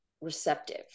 receptive